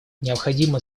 необходимо